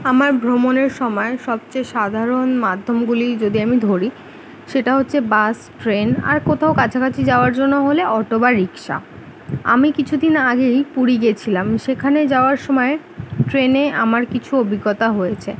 আমার ভ্রমণের সমায় সবচেয়ে সাধারণ মাধ্যমগুলি যদি আমি ধরি সেটা হচ্ছে বাস ট্রেন আর কোথাও কাছাকাছি যাওয়ার জন্য হলে অটো বা রিক্সা আমি কিছু দিন আগেই পুরী গেছিলাম সেখানে যাওয়ার সময় ট্রেনে আমার কিছু অভিজ্ঞতা হয়েছে